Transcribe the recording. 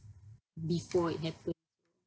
before it happened